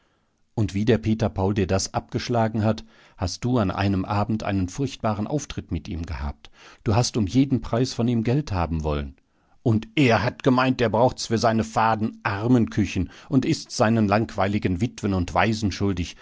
und wie der peter paul dir das abgeschlagen hat hast du an einem abend einen furchtbaren auftritt mit ihm gehabt du hast um jeden preis von ihm geld haben wollen und er hat gemeint er braucht's für seine faden armenküchen und ist's seinen langweiligen witwen und waisen schuldig